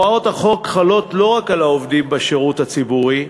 הוראות החוק חלות לא רק על העובדים בשירות הציבורי,